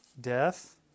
Death